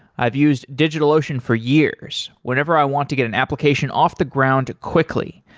i've used digitalocean for years whenever i want to get an application off the ground quickly,